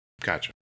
Gotcha